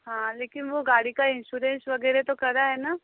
हाँ लेकिन वो गाड़ी का इंशोरेंस वगैरह तो करा है न